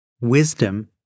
Wisdom